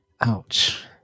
Ouch